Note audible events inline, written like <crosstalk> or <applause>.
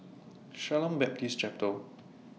Shalom Baptist <unintelligible>